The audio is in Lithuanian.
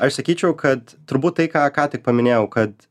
aš sakyčiau kad turbūt tai ką ką tik paminėjau kad